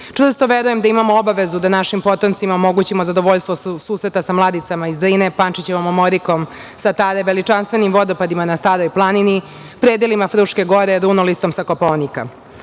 vrste. Čvrsto verujem da imamo obavezu da našim potomcima omogućimo zadovoljstvo susreta sa mladicima iz Drine, Pančićevom omorikom sa Tare, veličanstvenim vodopadima na Staroj planini, predelima Fruške gore, dunolistom sa Kopaonika.